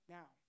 now